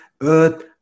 earth